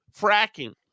fracking